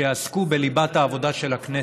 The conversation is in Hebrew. שיעסקו בליבת העבודה של הכנסת.